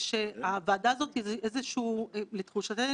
רגולטור שתופס את התפקיד שלו יותר